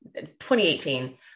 2018